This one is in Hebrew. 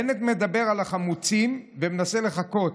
בנט מדבר על החמוצים, ומנסה לחקות,